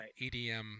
EDM